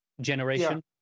generation